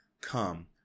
come